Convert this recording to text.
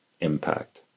impact